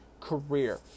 career